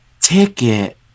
ticket